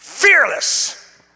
Fearless